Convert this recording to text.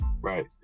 right